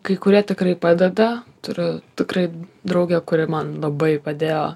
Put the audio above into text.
kai kurie tikrai padeda turiu tikrai draugę kuri man labai padėjo